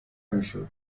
میشد